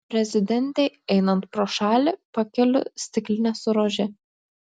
prezidentei einant pro šalį pakeliu stiklinę su rože